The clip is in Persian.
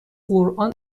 قرآن